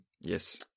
yes